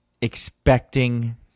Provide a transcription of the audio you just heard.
expecting